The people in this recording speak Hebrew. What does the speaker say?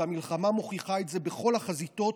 והמלחמה מוכיחה את זה בכל החזיתות,